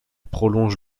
prolonge